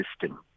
system